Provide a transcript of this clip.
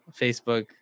Facebook